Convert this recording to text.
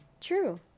True